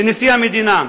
לנשיא המדינה,